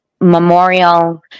memorial